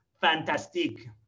fantastic